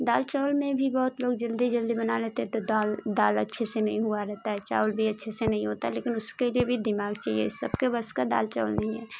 दाल चावल में भी बहुत लोग जल्दी जल्दी बना लेते हैं तो दाल दाल अच्छे से नहीं हुआ रहता है चावल भी अच्छे से नहीं होता है लेकिन उसके लिए भी दिमाग चाहिए सबके बस का दाल चावल नहीं है